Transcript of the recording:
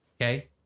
okay